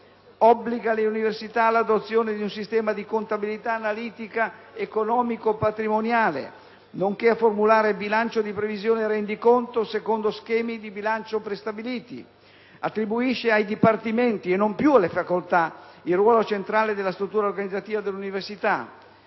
Obbliga le università all'adozione di un sistema di contabilità analitica economico-patrimoniale, nonché a formulare bilancio di previsione e rendiconto secondo schemi di bilancio prestabiliti. Attribuisce ai dipartimenti (e non più alle facoltà) il ruolo centrale della struttura organizzativa dell'università.